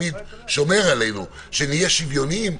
שתמיד שומר עלינו שנהיה שוויוניים,